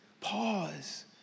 Pause